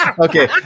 okay